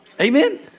Amen